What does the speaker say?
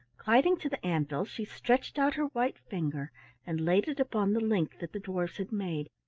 gliding to the anvil, she stretched out her white finger and laid it upon the link that the dwarfs had made,